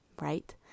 right